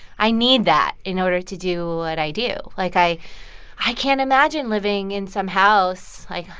i need that in order to do what i do. like, i i can't imagine living in some house, like,